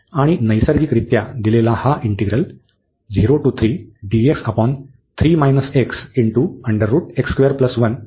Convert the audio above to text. आणि नैसर्गिकरित्या दिलेला हा इंटिग्रल देखील डायव्हर्ज होईल